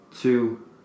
Two